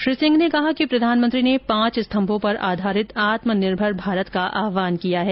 श्री सिंह ने कहा कि प्रधानमंत्री ने पांच स्तंभों पर आधारित आत्मनिर्भर भारत का आहवान किया है